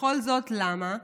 וכל זאת למה?